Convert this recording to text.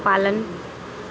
पालन